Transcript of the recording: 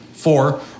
Four